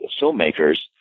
filmmakers